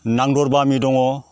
नांदर बामि दङ